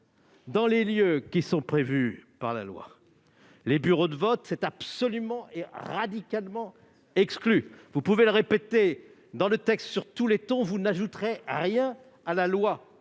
dans les lieux qui sont prévus par la loi. Les bureaux de vote en sont absolument et radicalement exclus. Vous pouvez le répéter dans le texte sur tous les tons, vous n'ajouterez rien à la loi